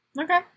Okay